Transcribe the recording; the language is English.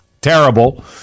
terrible